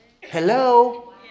Hello